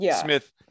Smith